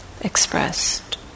expressed